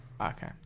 okay